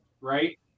right